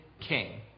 king